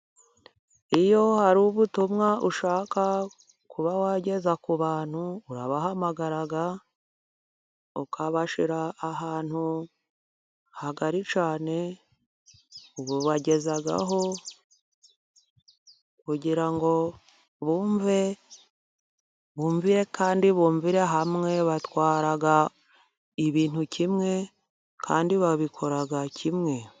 Iyo hari ubutumwa ushaka kuba wageza ku bantu, urabahamagara ukabashira ahantu hagari cyane. Ububagezaho kugira ngo bumve, bumvire kandi bumvira hamwe, batwara ibintu kimwe kandi babikora kimwe.